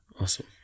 Awesome